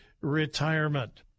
retirement